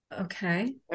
Okay